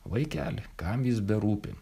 vaikeli kam jis berūpi